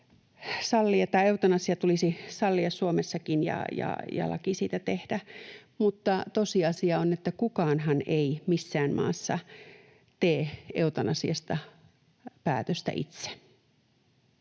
takia eutanasia tulisi sallia Suomessakin ja laki siitä tehdä, mutta tosiasia on, että kukaanhan ei missään maassa tee eutanasiasta päätöstä itse.